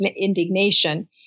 indignation